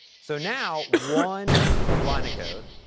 so now, one line of code,